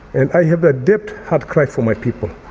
and i have a deep heart cry for my people,